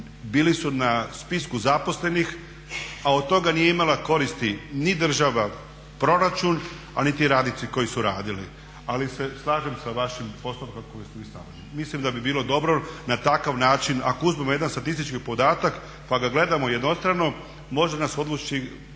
bili su na spisku zaposlenih, a od toga nije imala koristi ni država, proračun, a niti radnici koji su radili. Ali se slažem sa vašim postotkom …/Govornik se ne razumije./… Mislim da bi bilo dobro na takav način ako uzmemo jedan statistički podatak pa ga gledamo jednostrano može nas odvući